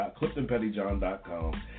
CliftonPettyJohn.com